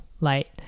light